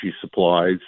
supplies